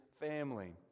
family